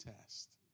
test